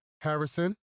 Harrison